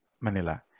Manila